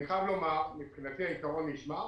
אני חייב לומר, מבחינתי העיקרון נשמר,